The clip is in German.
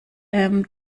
ähm